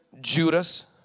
Judas